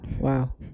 wow